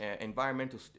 environmental